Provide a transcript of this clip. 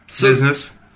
business